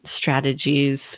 strategies